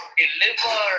deliver